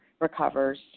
recovers